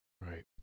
right